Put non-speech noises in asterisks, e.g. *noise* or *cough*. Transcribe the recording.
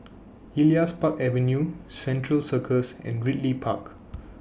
*noise* Elias Park Avenue Central Circus and Ridley Park